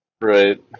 Right